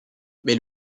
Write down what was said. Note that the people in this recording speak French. mais